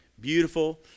beautiful